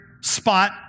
spot